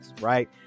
right